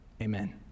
Amen